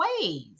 ways